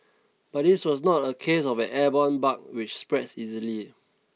but this was not a case of an airborne bug which spreads easily